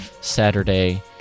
saturday